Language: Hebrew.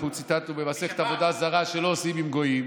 אנחנו ציטטנו ממסכת עבודת זרה שלא עושים עם גויים.